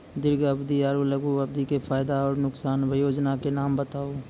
दीर्घ अवधि आर लघु अवधि के फायदा आर नुकसान? वयोजना के नाम बताऊ?